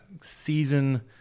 season